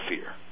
fear